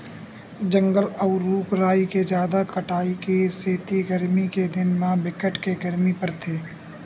जंगल अउ रूख राई के जादा कटाई के सेती गरमी के दिन म बिकट के गरमी परथे